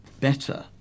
better